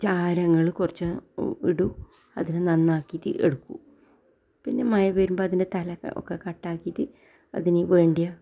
ചാരങ്ങൾ കുറച്ച് ഇടും അതിനെ നന്നാക്കീട്ട് എടുക്കും പിന്നെ മഴ വരുമ്പോൾ അതിൻ്റെ തല ഒക്കെ കട്ടാക്കീട്ട് അതിന് വേണ്ടിയ